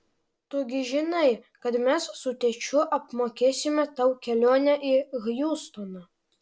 tu gi žinai kad mes su tėčiu apmokėsime tau kelionę į hjustoną